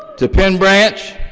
to penn branch,